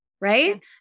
Right